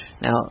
Now